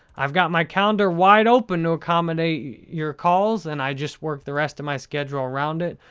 i've got my calendar wide open to accommodate your calls and i just work the rest of my schedule around it.